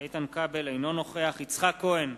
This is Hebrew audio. אינו נוכח יצחק כהן,